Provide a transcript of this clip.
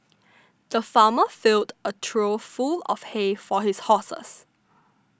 the farmer filled a trough full of hay for his horses